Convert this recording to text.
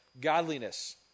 godliness